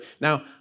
Now